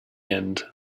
end